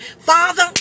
Father